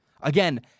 Again